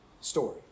story